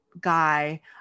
guy